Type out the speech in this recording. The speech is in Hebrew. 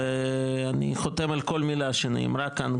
אני חותם על כל מילה שנאמרה כאן,